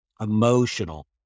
emotional